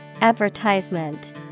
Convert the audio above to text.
Advertisement